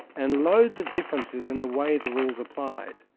and loads of differences in the way the rules applied.